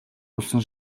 болсон